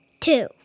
Two